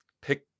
pick